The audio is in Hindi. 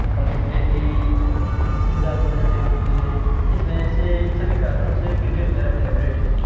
कमेंटेटी उम्दा दर्जे की होती है इस वजह से ये सभी कारणों से क्रिकेट मेरा फैवरेट है